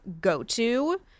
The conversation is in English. go-to